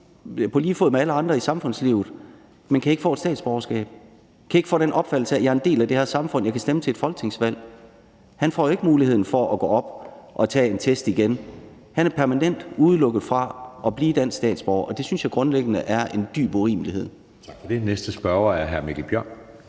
på lige fod med alle andre i samfundslivet, men kan ikke få et statsborgerskab, kan ikke få en opfattelse af, at vedkommende er en del af det her samfund og kan stemme til et folketingsvalg. Han får jo ikke muligheden for at gå op og tage en test igen. Han er permanent udelukket fra at blive dansk statsborger, og det synes jeg grundlæggende er en dyb urimelighed.